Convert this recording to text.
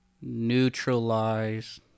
Neutralize